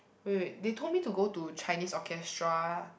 wait wait they told me to go to Chinese orchestra